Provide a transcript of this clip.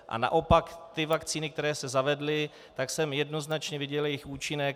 A naopak, ty vakcíny, které se zavedly, tak jsem jednoznačně viděl jejich účinek.